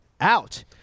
out